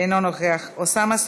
אינו נוכח, חבר הכנסת יהודה גליק?